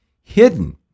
hidden